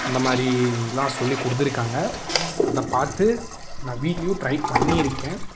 இந்த மாதிரிலாம் சொல்லிக் கொடுத்துருக்காங்க அதைப் பார்த்து நான் வீட்லையும் ட்ரை பண்ணியிருக்கேன்